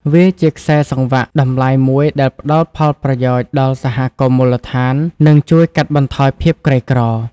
វាជាខ្សែសង្វាក់តម្លៃមួយដែលផ្តល់ផលប្រយោជន៍ដល់សហគមន៍មូលដ្ឋាន និងជួយកាត់បន្ថយភាពក្រីក្រ។